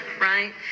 Right